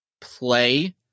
play